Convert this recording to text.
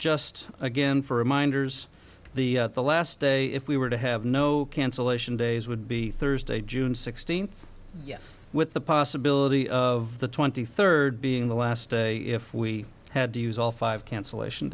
just again for reminders the last day if we were to have no cancellation days would be thursday june sixteenth yes with the possibility of the twenty third being the last day if we had to use all five cancellation